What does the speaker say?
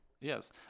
yes